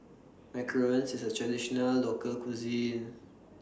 Macarons IS A Traditional Local Cuisine